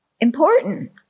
important